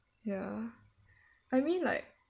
ya I mean like